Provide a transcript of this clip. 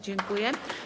Dziękuję.